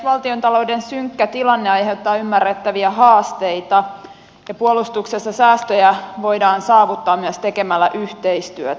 valtiontalouden synkkä tilanne aiheuttaa ymmärrettäviä haasteita ja puolustuksessa säästöjä voidaan saavuttaa myös tekemällä yhteistyötä